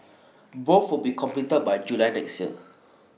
both will be completed by July next year